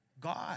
God